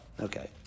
Okay